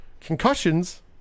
Concussions